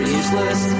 useless